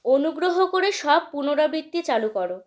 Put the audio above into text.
অনুগ্রহ করে সব পুনরাবৃত্তি চালু করো